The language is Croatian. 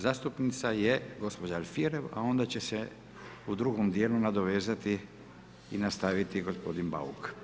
Zastupnica je gospođa Alfirev a onda će se u drugom djelu nadovezati i nastaviti gospodin Bauk.